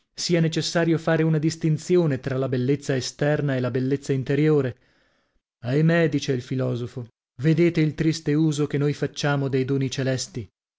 sia necessario fare una distinzione tra la bellezza esterna e la bellezza interiore ahimè dice il filosofo vedete il triste uso che noi facciamo dei doni celesti